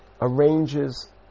arranges